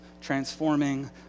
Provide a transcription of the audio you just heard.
transforming